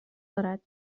دارد